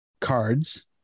cards